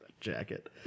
Jacket